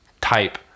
type